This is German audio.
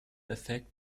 effekt